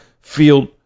field